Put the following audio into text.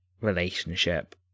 relationship